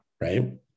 Right